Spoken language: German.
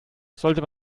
sollte